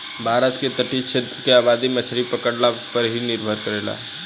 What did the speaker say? भारत के तटीय क्षेत्र के आबादी मछरी पकड़ला पर ही निर्भर करेला